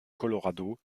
colorado